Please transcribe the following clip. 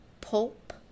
Pulp